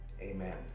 amen